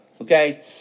Okay